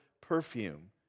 perfume